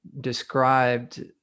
described